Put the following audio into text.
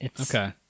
Okay